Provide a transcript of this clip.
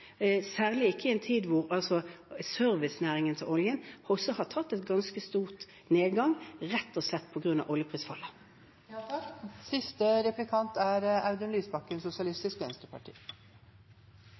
særlig ikke i en tid da servicenæringene til oljen også har hatt en ganske stor nedgang rett og slett